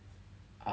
err